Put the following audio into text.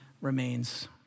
remains